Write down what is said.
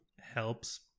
helps